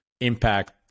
impact